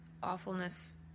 awfulness